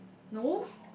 no